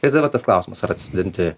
ir dabar tas klausimas ar atsodinti